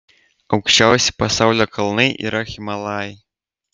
aukščiausi pasaulio kalnai yra himalajai